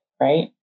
right